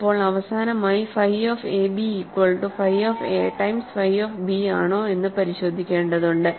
ഇപ്പോൾ അവസാനമായിഫൈ of a b equal to phi of a times phi of b ആണോ എന്ന് പരിശോധിക്കേണ്ടതുണ്ട്